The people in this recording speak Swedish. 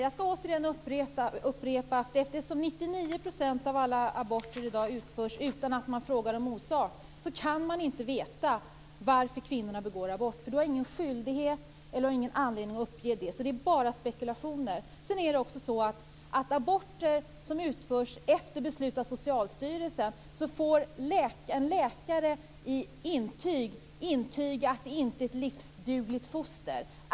Fru talman! Eftersom 99 % av alla aborter i dag utförs utan att man frågar om orsak kan man inte veta varför kvinnorna begår abort. De har ingen skyldighet eller anledning att uppge det. Det är bara spekulationer. Beträffande aborter som utförs efter beslut av Socialstyrelsen får en läkare intyga att det inte är ett livsdugligt foster.